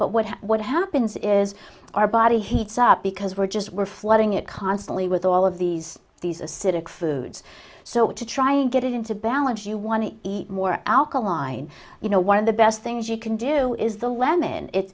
but what what happens is our body heats up because we're just we're flooding it constantly with all of these these acidic foods so what to try and get it into balance you want to eat more alkaline you know one of the best things you can do is the lemon it's